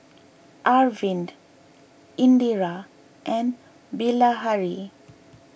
Arvind Indira and Bilahari